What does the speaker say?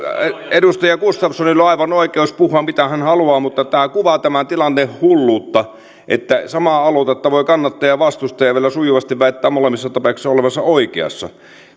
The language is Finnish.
edustaja gustafssonilla on oikeus puhua mitä hän haluaa mutta tämä kuvaa tämän tilanteen hulluutta että samaa aloitetta voi kannattaa ja vastustaa ja vielä sujuvasti väittää molemmissa tapauksissa olevansa oikeassa